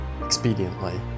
expediently